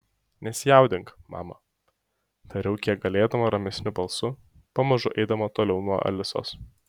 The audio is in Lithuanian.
nesijaudink mama tariau kiek galėdama ramesniu balsu pamažu eidama toliau nuo alisos